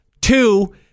Two